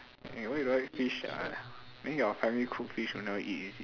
eh why you don't like fish ah then your family cook fish you never eat is it